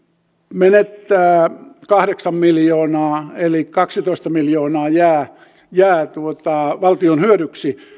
menettää kahdeksan miljoonaa eli kaksitoista miljoonaa jää jää valtion hyödyksi